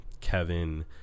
Kevin